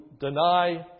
deny